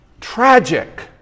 tragic